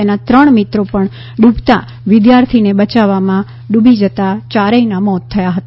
તેના ત્રણ મિત્રો પણ ડૂબતા વિદ્યાર્થીને બચાવવામાં ડૂબી જતા ચારેયના મોત થયા હતા